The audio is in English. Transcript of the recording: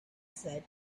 said